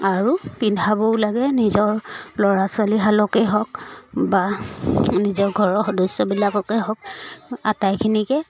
আৰু পিন্ধাবও লাগে নিজৰ ল'ৰা ছোৱালীহালকেই হওক বা নিজৰ ঘৰৰ সদস্যবিলাককে হওক আটাইখিনিকে